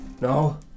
No